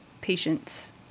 patients